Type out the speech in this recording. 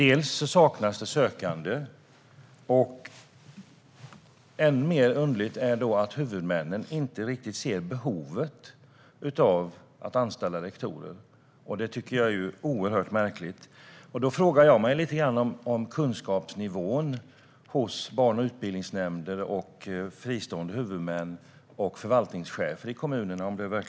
En sak är att det saknas sökande. Ännu mer underligt är att huvudmännen inte riktigt ser behovet av att anställa lektorer. Det tycker jag är oerhört märkligt. Då frågar jag mig lite grann om det verkligen står riktigt rätt till med kunskapsnivån hos utbildningsnämnder, fristående huvudmän och förvaltningschefer i kommunerna.